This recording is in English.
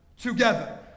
together